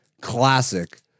classic